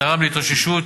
ותרם להתאוששות